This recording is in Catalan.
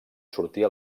sortia